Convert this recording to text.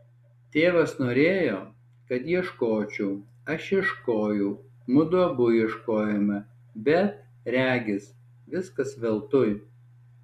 tėvas norėjo kad ieškočiau aš ieškojau mudu abu ieškojome bet regis viskas veltui